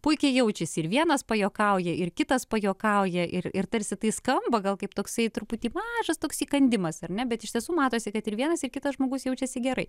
puikiai jaučiasi ir vienas pajuokauja ir kitas pajuokauja ir ir tarsi tai skamba gal kaip tasai truputį mažas toks įkandimas ar ne bet iš tiesų matosi kad ir vienas ir kitas žmogus jaučiasi gerai